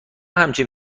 همچین